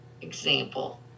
example